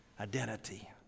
identity